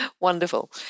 Wonderful